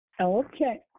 Okay